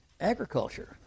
agriculture